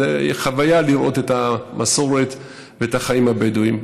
זו חוויה לראות את המסורת ואת החיים הבדואיים,